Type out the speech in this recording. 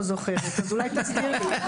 לפעמים אני גם לא זוכרת, אז אולי תזכיר לי.